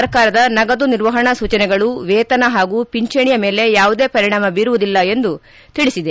ಸರ್ಕಾರದ ನಗದು ನಿರ್ವಹಣಾ ಸೂಚನೆಗಳು ವೇತನ ಹಾಗೂ ಪಿಂಚಣಿಯ ಮೇಲೆ ಯಾವುದೇ ಪರಿಣಾಮ ಬೀರುವುದಿಲ್ಲ ಎಂದು ತಿಳಿಸಿದೆ